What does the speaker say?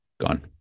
gone